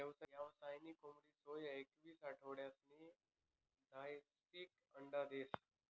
यावसायिक कोंबडी सोया ते एकवीस आठवडासनी झायीकी अंडा देस